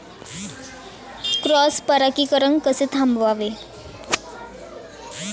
Cross परागीकरण कसे थांबवावे?